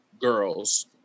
girls